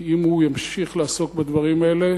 כי אם הוא ימשיך לעסוק בדברים האלה